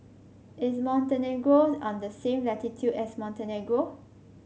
is Montenegro on the same latitude as Montenegro